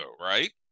right